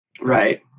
Right